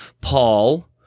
Paul